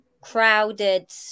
crowded